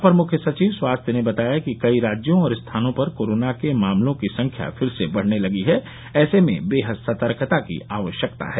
अपर मुख्य सचिव स्वास्थ्य ने बताया कि कई राज्यों और स्थानों पर कोरोना के मामलों की संख्या फिर से बढ़ने लगी है ऐसे में बेहद सतर्कता की आवश्यकता है